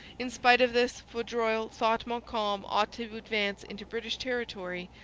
in spite of this, vaudreuil thought montcalm ought to advance into british territory,